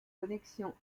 connexion